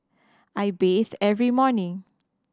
I bathe every morning